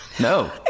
no